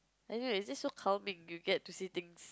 I don't know it's just so calming you get to see things